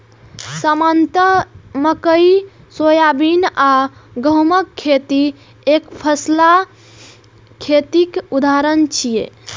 सामान्यतः मकइ, सोयाबीन आ गहूमक खेती एकफसला खेतीक उदाहरण छियै